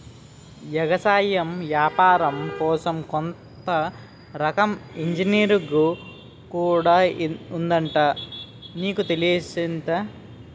ఎగసాయం ఏపారం కోసం కొత్త రకం ఇంజనీరుంగు కూడా ఉందట నీకు తెల్సేటి?